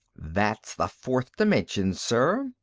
that's the fourth dimension, sir,